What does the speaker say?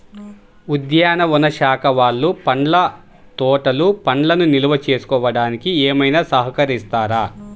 ఉద్యానవన శాఖ వాళ్ళు పండ్ల తోటలు పండ్లను నిల్వ చేసుకోవడానికి ఏమైనా సహకరిస్తారా?